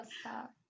stop